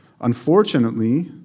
Unfortunately